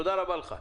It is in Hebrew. תודה רבה לך.